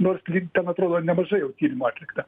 nors lyg ten atrodo ir nemažai jau tyrimų atlikta